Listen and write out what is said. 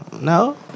no